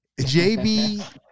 JB